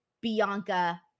Bianca